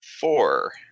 four